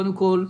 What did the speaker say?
קודם כול,